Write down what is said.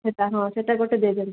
ସେଟା ହଁ ସେଟା ଗୋଟେ ଦେଇ ଦିଅନ୍ତୁ